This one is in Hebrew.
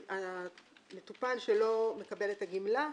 המטופל שלא מקבל את הגמלה,